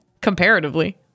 Comparatively